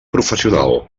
professional